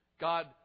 God